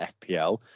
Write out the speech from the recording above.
FPL